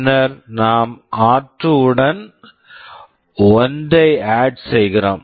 பின்னர் நாம் ஆர்2 r2 உடன் 1 ஐ ஆட் add செய்கிறோம்